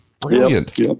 Brilliant